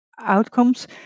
outcomes